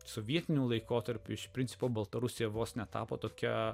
sovietiniu laikotarpiu iš principo baltarusė vos netapo tokia